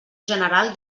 general